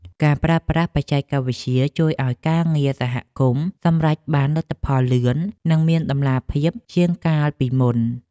ការប្រើប្រាស់បច្ចេកវិទ្យាជួយឱ្យការងារសហគមន៍សម្រេចបានលទ្ធផលលឿន និងមានតម្លាភាពជាងកាលពីមុន។